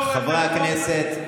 חברי הכנסת,